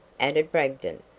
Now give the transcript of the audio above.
added bragdon.